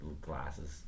glasses